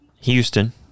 Houston